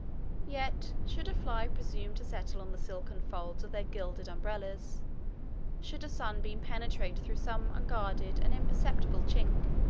yet should a fly presume to settle on the silken folds of their gilded umbrellas should a sunbeam penetrate through some unguarded and imperceptible chink,